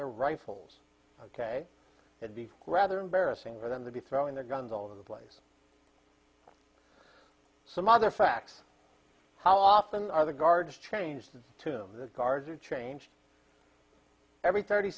their rifles ok would be rather embarrassing for them to be throwing their guns all over the place some other facts how often are the guards changed tomb guards are changed every thirty